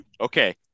Okay